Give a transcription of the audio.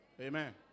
Amen